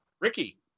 Ricky